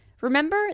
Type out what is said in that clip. Remember